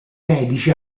medici